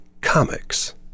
Comics